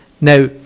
Now